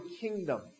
kingdom